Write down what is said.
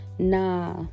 nah